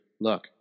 look